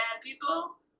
people